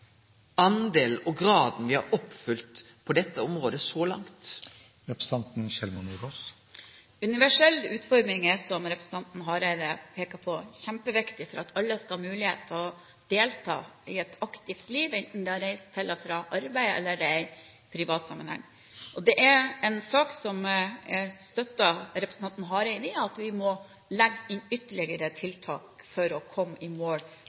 har oppfylt på dette området så langt? Universell utforming er, som representanten Hareide peker på, kjempeviktig for at alle skal ha mulighet til å delta og ha et aktivt liv – enten det er å reise til og fra arbeid, eller det er i privat sammenheng. Det er en sak som jeg støtter representanten Hareide i. Vi må legge inn ytterligere tiltak for å komme i mål,